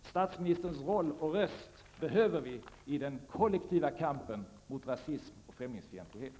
Statsministerns roll och röst behöver vi i den kollektiva kampen mot rasism och främlingsfientlighet.